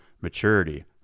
maturity